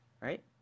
Right